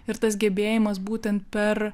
ir tas gebėjimas būtent per